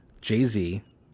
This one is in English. Jay-Z